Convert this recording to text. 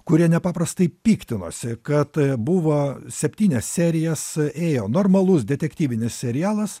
kurie nepaprastai piktinosi kad buvo septynias serijas ėjo normalus detektyvinis serialas